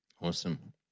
Awesome